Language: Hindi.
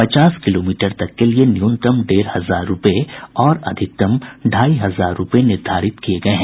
पचास किलोमीटर तक के लिए न्यूनतम डेढ़ हजार रूपये और अधिकतम ढाई हजार रूपये निर्धारित किये गये हैं